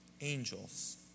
angels